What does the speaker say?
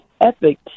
epic